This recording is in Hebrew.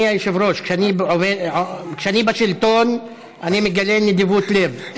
אני היושב-ראש, כשאני בשלטון אני מגלה נדיבות לב.